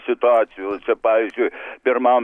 situacijose pavyzdžiui pirmam